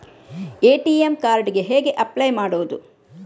ATM card ಗೆ ಹೇಗೆ apply ಮಾಡುವುದು?